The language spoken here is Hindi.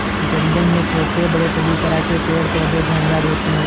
जंगल में छोटे बड़े सभी तरह के पेड़ पौधे झाड़ियां आदि होती हैं